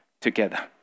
together